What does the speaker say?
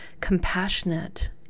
compassionate